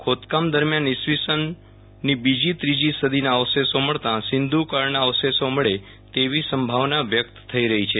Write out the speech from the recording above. ખોદકામ દરમીયાન ઈસવીસનની બીજી તીરજી સદીના અવશેષો મળતાં સિંધુ કાળના અવશેષો મળે તેવી સંભાવના વ્યક્ત થઈ રહી છે